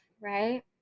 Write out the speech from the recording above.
right